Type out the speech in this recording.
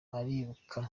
ariruka